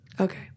Okay